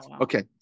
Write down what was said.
Okay